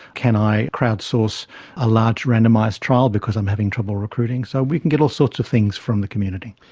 can i crowd-source a large randomised trial because i'm having trouble recruiting? so we can get all sorts of things from the community.